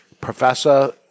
professor